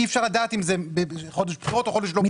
אי-אפשר לדעת אם זה מחודש בחירות או חודש של לא בחירות.